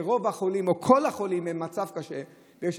כשרוב החולים או כל החולים הם במצב קשה,